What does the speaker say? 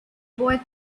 boy